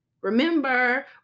remember